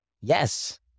Yes